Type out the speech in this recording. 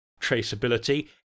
traceability